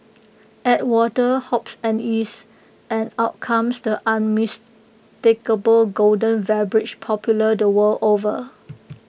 add water hops and yeast and out comes the unmistakable golden beverage popular the world over